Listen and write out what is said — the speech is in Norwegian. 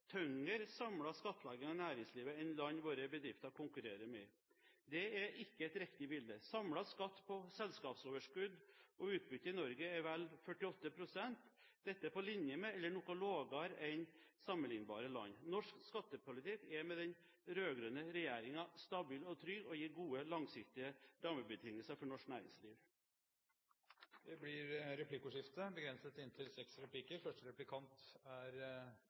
skattlegging av næringslivet enn land våre bedrifter konkurrerer med. Det er ikke et riktig bilde. Samlet skatt på selskapsoverskudd og utbytte i Norge er på vel 48 pst. Dette er på linje med eller noe lavere enn sammenlignbare land. Norsk skattepolitikk er med den rød-grønne regjeringen stabil og trygg og gir gode, langsiktige rammebetingelser for næringslivet. Det blir replikkordskifte.